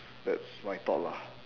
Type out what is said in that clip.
that's my thought lah